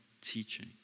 teaching